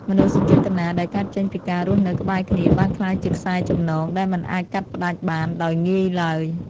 មនោសញ្ចេតនាដែលកើតចេញពីការរស់នៅក្បែរគ្នា បានក្លាយជាខ្សែចំណងដែលមិនអាចកាត់ផ្តាច់បានដោយងាយឡើយ។